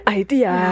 idea